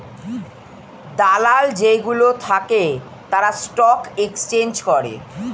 দালাল যেই গুলো থাকে তারা স্টক এক্সচেঞ্জ করে